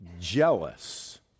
jealous